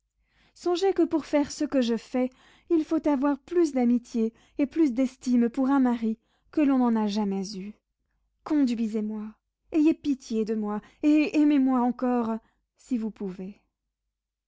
songez que pour faire ce que je fais il faut avoir plus d'amitié et plus d'estime pour un mari que l'on en a jamais eu conduisez-moi ayez pitié de moi et aimez-moi encore si vous pouvez